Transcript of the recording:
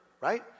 right